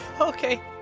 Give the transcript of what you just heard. okay